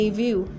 view